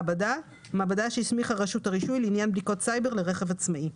"מעבדה" מעבדה שהסמיכה רשות הרישוי לעניין בדיקות סייבר לרכב עצמאי.